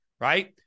Right